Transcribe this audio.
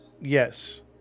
Yes